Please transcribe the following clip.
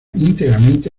íntegramente